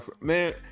Man